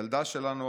ילדה שלנו,